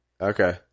okay